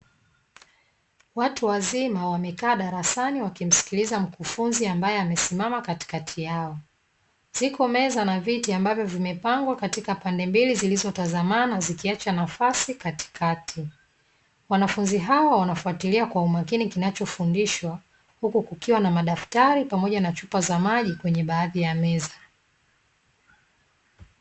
Watu wazima wamekaa darasani wakimsikiliza mkufunzi ambaye amesimama katikati yao, ziko meza na viti ambavyo vimepangwa katika pande mbili zilizotazamana zikiacha nafasi katikati. Wanafunzi hao wanafatilia kwa umakini kinachofundishwa huku kukiwa na madafutari pamoja na chupa za maji kwenye baadhi ya meza.